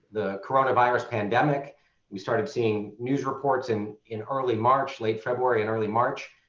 the coronavirus pandemic we started seeing news reports in in early march, late february, and early march.